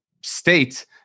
state